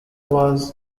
was